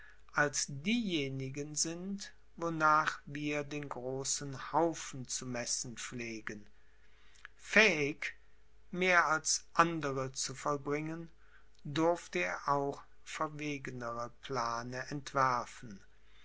als diejenigen sind wornach wir den großen haufen zu messen pflegen fähig mehr als andere zu vollbringen durfte er auch verwegenere plane entwerfen